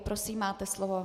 Prosím, máte slovo.